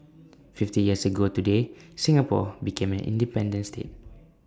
fifty years ago today Singapore became an independent state